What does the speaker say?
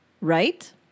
Right